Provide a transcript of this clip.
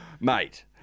mate